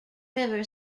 river